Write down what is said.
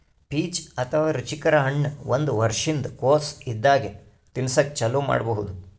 peach ಅಥವಾ ರುಚಿಕರ ಹಣ್ಣ್ ಒಂದ್ ವರ್ಷಿನ್ದ್ ಕೊಸ್ ಇದ್ದಾಗೆ ತಿನಸಕ್ಕ್ ಚಾಲೂ ಮಾಡಬಹುದ್